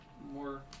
more